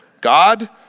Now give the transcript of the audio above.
God